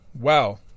Wow